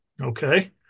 Okay